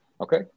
Okay